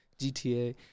GTA